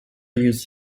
use